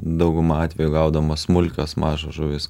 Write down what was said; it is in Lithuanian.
dauguma atvejų gaudomos smulkios mažos žuvys